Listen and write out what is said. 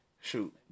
Shoot